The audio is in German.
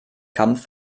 kampf